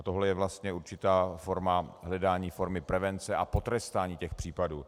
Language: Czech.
Tohle je vlastně určitá forma hledání formy prevence a potrestání těchto případů.